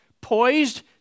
poised